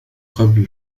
قبل